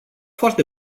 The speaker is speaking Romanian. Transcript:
foarte